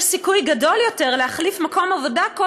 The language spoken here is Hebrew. יש סיכוי גדול יותר להחליף מקום עבודה כל